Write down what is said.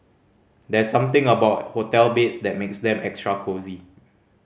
there's something about hotel beds that makes them extra cosy